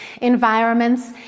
environments